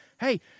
hey